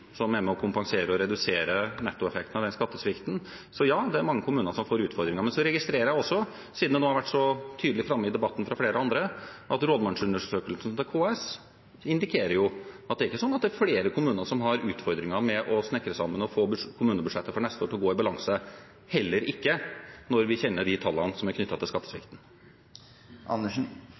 er med på å kompensere for og redusere nettoeffekten av denne skattesvikten, så er det mange kommuner som får utfordringer. Men så registrerer jeg også, siden det nå har vært så tydelig framme i debatten fra flere andre, at rådmannsundersøkelsen til KS indikerer at det er ikke sånn at det er flere kommuner som har utfordringer med å snekre sammen og få kommunebudsjettet for neste år til å gå i balanse, heller ikke når vi kjenner de tallene som er knyttet til